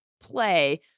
play